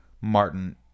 Martin